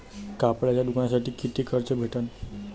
कापडाच्या दुकानासाठी कितीक कर्ज भेटन?